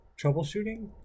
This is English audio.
troubleshooting